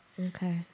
Okay